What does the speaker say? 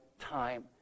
time